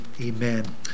Amen